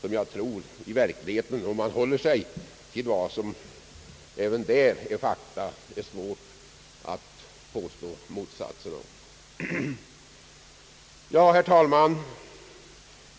Och jag tror att det i verkligheten är svårt att påstå motsatsen. Herr talman!